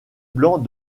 blancs